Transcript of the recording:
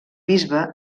bisbe